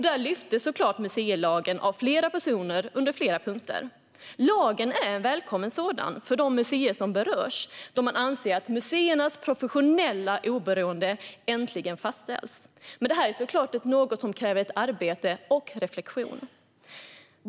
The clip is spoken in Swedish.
Där lyftes museilagen fram av flera personer under flera punkter. Museilagen är en välkommen lag för de museer som berörs, då man anser att museernas professionella oberoende äntligen fastställs. Men detta är såklart något som också kräver arbete och reflektion.